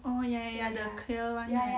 orh yeah yeah yeah the clear one